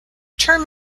term